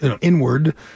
inward